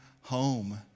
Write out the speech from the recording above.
home